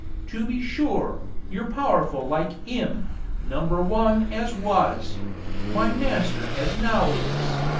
to be sure, you're powerful like im number one as was my master as now is